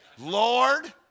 Lord